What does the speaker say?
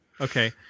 Okay